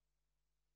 לאחרונה.